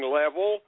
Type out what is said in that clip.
level